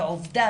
ועובדה,